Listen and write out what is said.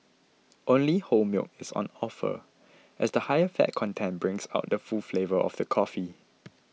only whole milk is on offer as the higher fat content brings out the full flavour of the coffee